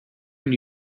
when